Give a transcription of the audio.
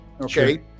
okay